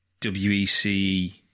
WEC